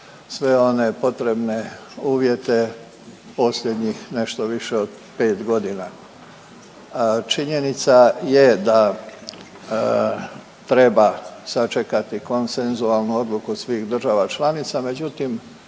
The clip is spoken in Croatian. sve one potrebne uvjete posljednjih nešto više od 5 godina. Činjenica je da treba sačekati konsenzualnu odluku svih država članica, međutim